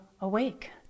awake